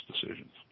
decisions